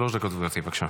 שלוש דקות, גברתי, בבקשה.